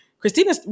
Christina